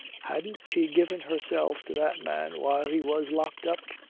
hadn't she given herself to that man while he was locked up.